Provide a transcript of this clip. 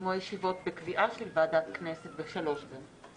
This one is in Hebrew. שהסתיימו הישיבות בקביעה של ועדת הכנסת בשלוש גם.